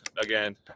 again